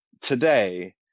today